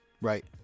right